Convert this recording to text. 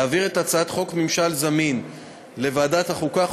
להעביר את הצעת חוק ממשל זמין לוועדת החוקה,